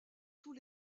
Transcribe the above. tous